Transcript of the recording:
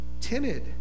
timid